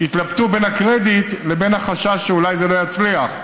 התלבטו בין הקרדיט לבין החשש שזה אולי לא יצליח,